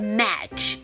match